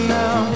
now